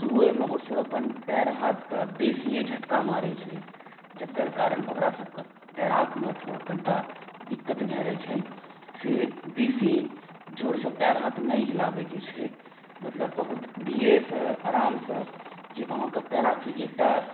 शुरुए मे ओसब अपन पएर हाथके बेसिये झटका मारै छै जकर कारण ओकरा सबके तैराकमे थोड़ा कनिटा दिक्कत भए जाय छै से बेसी जोरसऽ पएर हाथ नहि हिलाबै के छै मतलब बहुत धीरे सॅं आराम सॅं जे अहाँके तैराकी एकटा